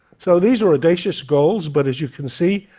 so these are audacious goals, but as you can see,